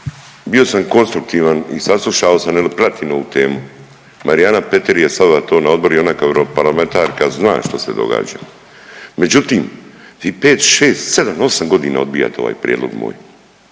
bio sam konstruktivan i saslušao sam jer pratim ovu temu. Marijana Petir je sada to na odboru i ona kao europarlamentarka zna što se događa, međutim vi 5, 6, 7, 8 godina odbijate ovaj prijedlog moj